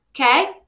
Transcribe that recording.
okay